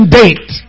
date